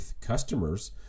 customers